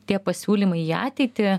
tie pasiūlymai į ateitį